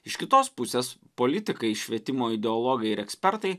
iš kitos pusės politikai švietimo ideologai ir ekspertai